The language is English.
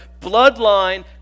Bloodline